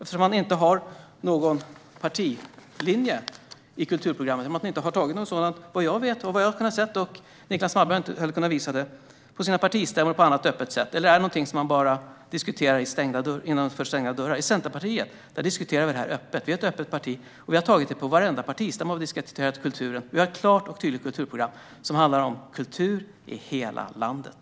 Man har ingen partilinje när det gäller kulturprogrammet. Någon sådan har inte antagits, vad jag har kunnat se, och Niclas Malmberg har heller inte kunnat visa det på partistämmor eller på annat öppet sätt. Eller är detta något som man bara diskuterar bakom stängda dörrar? I Centerpartiet diskuterar vi detta öppet. Vi är ett öppet parti, och vi har diskuterat kulturen på varenda partistämma. Vi har ett klart och tydligt kulturprogram som handlar om kultur i hela landet.